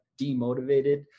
demotivated